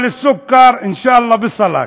(אומר בערבית: ושק סוכר,